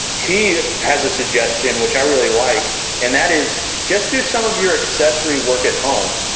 he has a suggestion which i really like and that is just do some of your accessory work at home.